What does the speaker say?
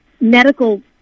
medical